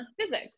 physics